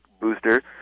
booster